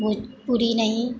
भोजपूरी नहि